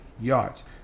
yards